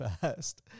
fast